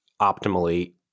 optimally